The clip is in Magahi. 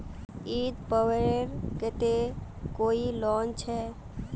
ईद पर्वेर केते कोई लोन छे?